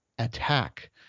attack